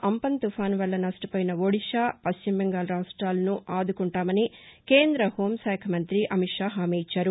Amphan తుపాను వల్ల నష్టపోయిన ఒడిశా పశ్చిమ బెంగాల్ రాష్టాలను ఆదుకుంటామని కేంద్ర హోం శాఖ మంతి అమిత్ షా హామీ ఇచ్చారు